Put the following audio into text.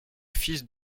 fils